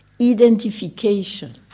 identification